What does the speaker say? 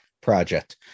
project